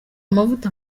amavuta